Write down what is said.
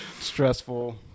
stressful